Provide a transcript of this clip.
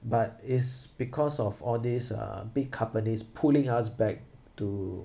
but is because of all these uh big companies pulling us back to